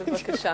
בבקשה.